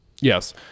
Yes